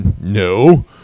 no